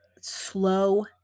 Slow